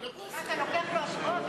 מה, אתה לוקח לו אשמות?